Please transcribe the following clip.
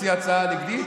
תציע הצעה נגדית,